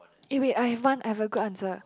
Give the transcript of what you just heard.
eh wait I have one I have a good answer